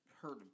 heard